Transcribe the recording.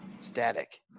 static